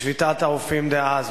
בשביתת הרופאים דאז.